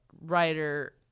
writer